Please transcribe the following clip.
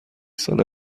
ساله